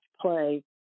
play